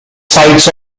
sides